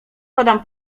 podam